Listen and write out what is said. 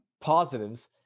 positives